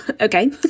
Okay